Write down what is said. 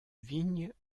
vigne